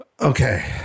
Okay